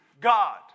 God